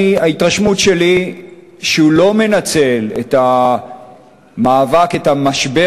ההתרשמות שלי היא שהוא לא מנצל את המשבר הקשה